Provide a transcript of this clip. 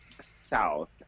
south